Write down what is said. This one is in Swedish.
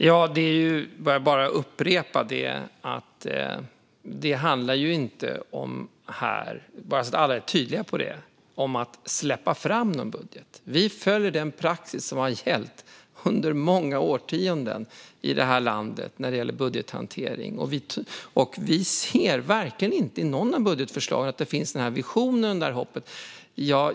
Herr ålderspresident! Jag får upprepa att det inte - bara så att alla är klara över det - handlar om att "släppa fram" någon budget. Vi följer den praxis som har gällt under många årtionden i det här landet när det gäller budgethantering, och vi ser verkligen inte i något av budgetförslagen att den här visionen och det här hoppet finns.